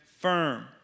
firm